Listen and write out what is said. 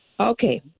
Okay